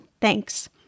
Thanks